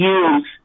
use